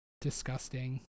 disgusting